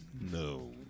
No